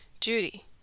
Judy